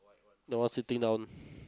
the one sitting down